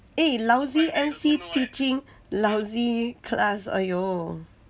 eh lousy emcee teaching lousy class !aiyo!